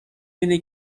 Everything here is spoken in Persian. اینه